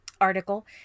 article